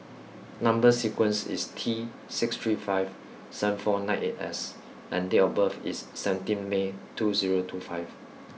number sequence is T six three five seven four nine eight S and date of birth is seventeenth May two zero two five